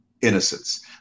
innocence